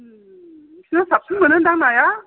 नोंसोरनाव साबसिन मोनोदां नाया